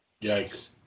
Yikes